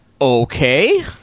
Okay